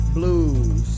Blues